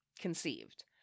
conceived